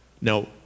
Now